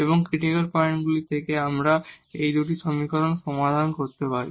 এবং ক্রিটিকাল পয়েন্টগুলি থেকে আমরা এখন এই দুটি সমীকরণ সমাধান করতে পারি